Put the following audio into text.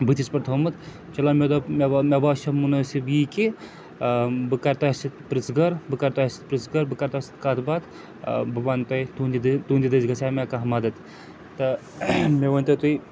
بٕتھِس پٮٹھ تھومُت چلو مےٚ دوٚپ مےٚ مےٚ باسیو مُنٲسِب یی کہِ بہٕ کَرٕ تۄہہِ سۭتۍ پِرٛژھٕ گٔر بہٕ کَرٕ تۄہہِ سۭتۍ پِرٛژھٕ گٔر بہٕ کَرٕ تۄہہِ سۭتۍ کَتھ بات بہٕ وَنہٕ تۄہہِ تُہٕنٛدِ دٔے تُہٕنٛدِ دٔسۍ گژھیٛا مےٚ کانٛہہ مَدَتھ تہٕ مےٚ ؤنۍتو تُہۍ